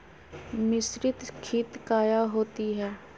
मिसरीत खित काया होती है?